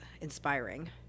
inspiring